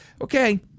Okay